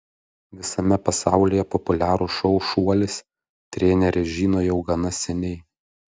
visame pasaulyje populiarų šou šuolis trenerė žino jau gana seniai